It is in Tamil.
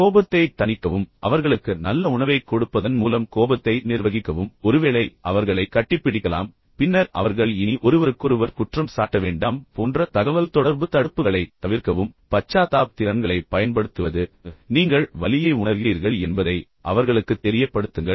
பின்னர் கோபத்தைத் தணிக்கவும் அவர்களுக்கு நல்ல உணவைக் கொடுப்பதன் மூலம் உங்கள் அக்கறையைக் காட்டுவதன் மூலம் உங்கள் அன்பைக் காண்பிப்பதன் மூலம் கோபத்தை நிர்வகிக்கவும் ஒருவேளை அவர்களை தட்டிக் கொடுக்கலாம் அவர்களை கட்டிப்பிடிக்கலாம் பின்னர் அவர்கள் இனி ஒருவருக்கொருவர் குற்றம் சாட்ட வேண்டாம் போன்ற தகவல்தொடர்பு தடுப்புகளைத் தவிர்க்கவும் பச்சாத்தாப திறன்களைப் பயன்படுத்துவது நீங்கள் வலியை உணர்கிறீர்கள் என்பதை அவர்களுக்குத் தெரியப்படுத்துங்கள்